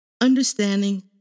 Understanding